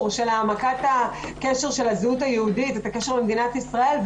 והעמקת הקשר של הזהות היהודית והקשר למדינת ישראל.